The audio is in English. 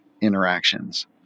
interactions